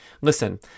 Listen